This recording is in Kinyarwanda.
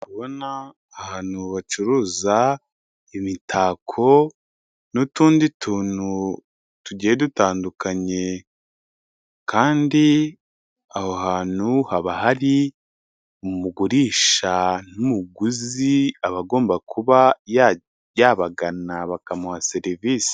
Ndabona ahantu bacuruza imitako n'utundi tuntu tugiye dutandukanye kandi aho hantu haba hari umugurisha n'umuguzi, aba agomba kuba yabagana bakamuha serivisi.